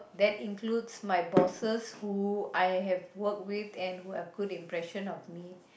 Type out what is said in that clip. that includes my bosses who I have worked with and who have good impression of me